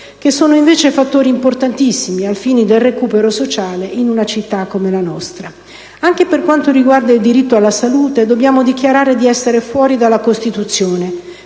a Napoli), fattori importantissimi ai fini del recupero sociale in una città come la nostra. Anche per quanto riguarda il diritto alla salute dobbiamo dichiarare di essere fuori dalla Costituzione.